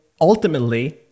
ultimately